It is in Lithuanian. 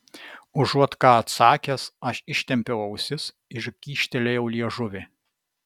užuot ką atsakęs aš ištempiau ausis ir kyštelėjau liežuvį